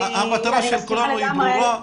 אני מסכימה לגמרי --- המטרה של כולנו היא ברורה,